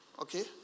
Okay